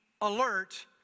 alert